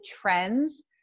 trends